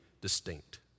distinct